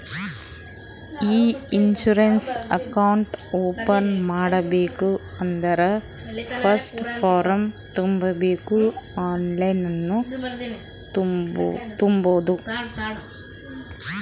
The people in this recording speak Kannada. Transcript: ಇ ಇನ್ಸೂರೆನ್ಸ್ ಅಕೌಂಟ್ ಓಪನ್ ಮಾಡ್ಬೇಕ ಅಂದುರ್ ಫಸ್ಟ್ ಫಾರ್ಮ್ ತುಂಬಬೇಕ್ ಆನ್ಲೈನನ್ನು ತುಂಬೋದು